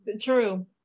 True